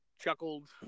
chuckled